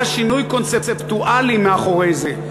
היה שינוי קונספטואלי מאחורי זה.